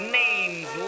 names